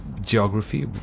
geography